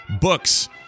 books